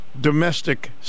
domestic